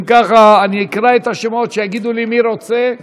אם ככה, אני אקרא את השמות, שיגידו לי מי רוצה.